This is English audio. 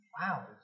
Wow